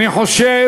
אני חושב